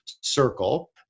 circle